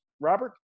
Robert